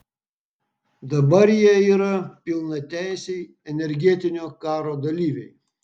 dabar jie yra pilnateisiai energetinio karo dalyviai